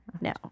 no